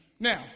Now